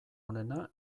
onena